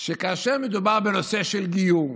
שכאשר מדובר בנושא של גיור,